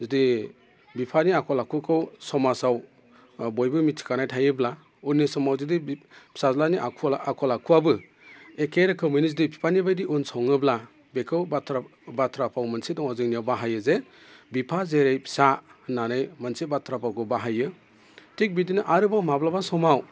जुदि बिफानि आखल आखुखौ समाजाव बयबो मिथिखानाय थायोब्ला उननि समाव जुदि फिसाज्लानि आखल आखुआबो एके रोखोमैनो जुदि बिफानिबायदि उन सङोब्ला बेखौ बाथ्रा भाव मोनसे दङ जोंनियाव बाहायो जे बिफा जेरै फिसा होननानै मोनसे बाथ्रा भावखौ बाहायो थिग बिदिनो आरोबाव माब्लाबा समाव